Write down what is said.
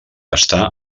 està